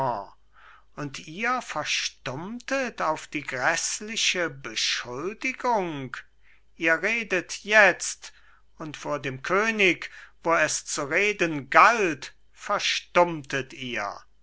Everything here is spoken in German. und ihr verstummtet auf die gräßliche beschuldigung ihr redet jetzt und vor dem könig wo es zu reden galt verstummtet ihr